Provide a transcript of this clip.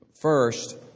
first